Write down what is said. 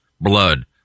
blood